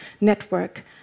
network